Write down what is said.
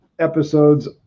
Episodes